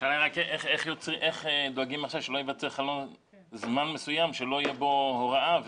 השאלה איך דואגים למצב שלא ייווצר חלון זמן מסוים שלא תהיה בו הוראה.